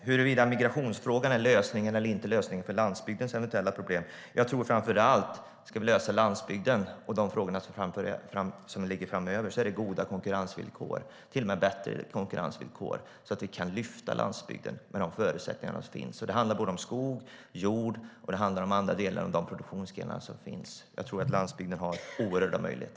Huruvida migrationsfrågan är lösningen för landsbygdens eventuella problem eller inte tror jag framför allt att lösningen framöver är goda konkurrensvillkor, så att landsbygden kan lyftas med de förutsättningar som finns. Det handlar om skog, jord och andra produktionsgrenar. Jag tror att landsbygden har oerhört stora möjligheter.